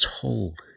told